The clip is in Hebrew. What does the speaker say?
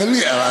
תן לי שנייה.